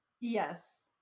Yes